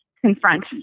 confront